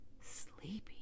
sleepy